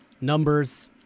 numbers